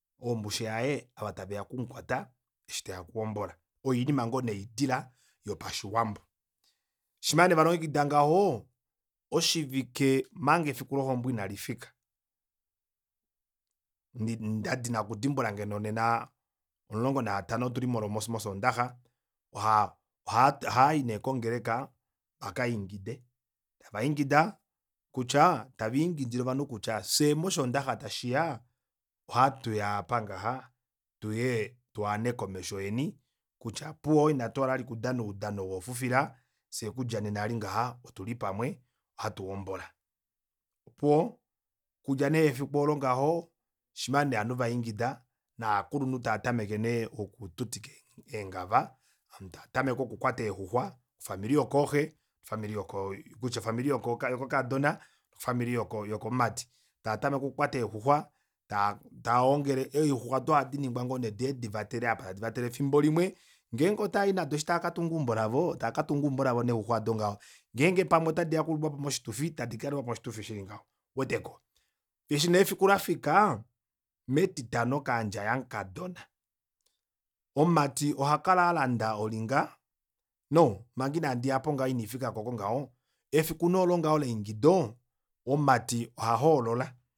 Oombushe yaye ava taveya okumukwata eshi teya okuhombola oyo oinima ngoo nee oidila yopashiwambo shima nee valongekida ngaho oshivike omanga efiku lohombo inalifika ndadina okutumbula ngeno nena omulongo nhaa tanho otuli molo mosondaxa oha- oha- ohaayi neekongeleka akaingide tavaingida kutya tava ingidile ovanhu kutya fyee moshondaxa tashiya ohatuya apa ngaha tuuuye tuane komesho yeni kutya opuwo ina tuhala vali tudane oudano ou woofufila fyee okudja nena eli ngaha otuli pamwe ohatu hombola opuwo okudja nee efiku oolo ngaho shima nee ovanhu vaingida novakulunhu tava tameke nee okututika eengava ovanhu tava tameke okukwata eexuxwa ofamili yokooxe ofamili kutya ofamili yoko kaayodona nofamili yokomati taatameke okukwata eexuxwa taa ongele eexuxwa aado ohadiningwa ngoo nee duuye divatele opo tadi dulu okuvatela fimbo limwe ngeenge otavai nado eshi taakatunga eumbo lavo taakatunga eumbo lavo neexuxwa aado ngaho ngeenge ngeenge pamwe ota diya okuliwapo moshitufi tadi kaliwapo moshitufi shili ngaho ouweteko eshi nee efiku lafika metitano kaandja yamukadona omumati ohakala alanda olinga no manga indiya aapo ngaho ina ndifikako oko ngaho efiku nee olo leingido omumati oha hoolola